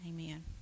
Amen